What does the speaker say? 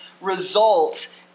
results